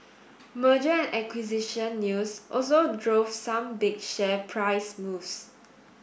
merger and acquisition news also drove some big share price moves